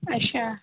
अच्छा